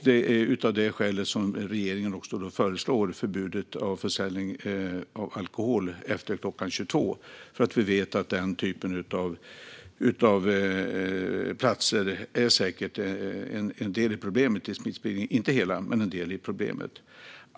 Det är av det skälet som regeringen föreslår förbudet mot försäljning av alkohol efter klockan 22, för vi vet att den typen av platser säkert är en del av, inte hela, problemet med smittspridning.